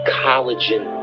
collagen